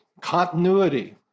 continuity